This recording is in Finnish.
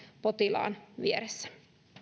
potilaan vieressä